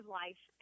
life